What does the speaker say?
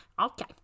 Okay